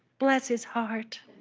bless his heart